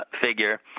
figure